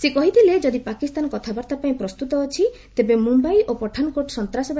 ସେ କହିଥିଲେ ଯଦି ପାକିସ୍ତାନ କଥାବାର୍ତ୍ତା ପାଇଁ ପ୍ରସ୍ତୁତ ଅଛି ତେବେ ମୁମ୍ୟାଇ ଓ ପଠାନ୍କୋଟ ସନ୍ତ୍ରାସବ